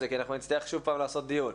זה כי אנחנו נצטרך שוב פעם לעשות דיון.